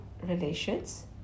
relations